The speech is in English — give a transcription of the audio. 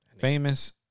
Famous